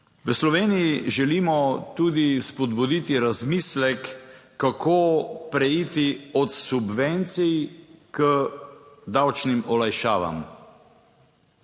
V Sloveniji želimo tudi spodbuditi razmislek, kako preiti od subvencij k davčnim olajšavam.